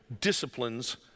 disciplines